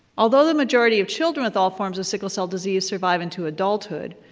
although the majority of children with all forms of sickle cell disease survive into adulthood,